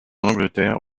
angleterre